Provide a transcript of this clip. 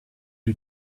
who